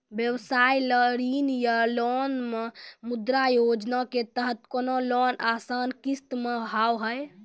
व्यवसाय ला ऋण या लोन मे मुद्रा योजना के तहत कोनो लोन आसान किस्त मे हाव हाय?